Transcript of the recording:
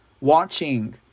watching